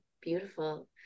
beautiful